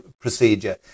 procedure